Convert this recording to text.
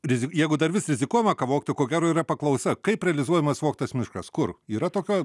rizika jeigu dar vis rizikuojama ką vogti ko gero yra paklausa kaip realizuojamas vogtas miškas kur yra tokia